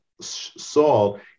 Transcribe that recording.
Saul